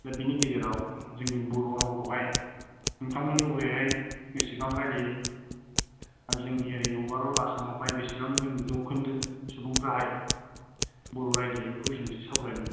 दा बिनि गेजेराव जोंनि बर' रावखौ हाय नोंथांमोननि हरैहाय बिसिबां रायलायो बा जोंनि ओरै अबारल आसामाव हाय बिसिबां जों जौखोन्दो सुबुंफ्राहाय बर' रायलायो बेखौ जों एसे सावरायनि